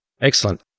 Excellent